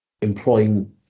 employing